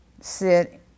sit